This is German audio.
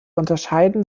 unterscheiden